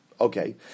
Okay